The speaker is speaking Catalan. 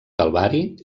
calvari